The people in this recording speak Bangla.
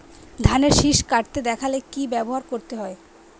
ধানের শিষ কাটতে দেখালে কি ব্যবহার করতে হয়?